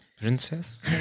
princess